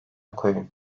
koyun